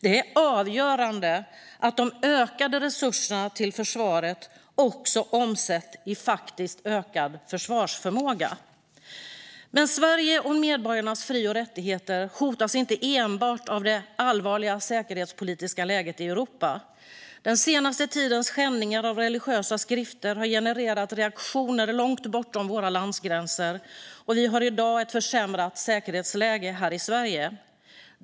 Det är avgörande att de ökade resurserna till försvaret också omsätts i faktiskt ökad försvarsförmåga. Men Sverige och medborgarnas fri och rättigheter hotas inte enbart av det allvarliga säkerhetspolitiska läget i Europa. Den senaste tidens skändningar av religiösa skrifter har genererat reaktioner långt bortom våra landsgränser, och vi har i dag ett försämrat säkerhetsläge här i Sverige.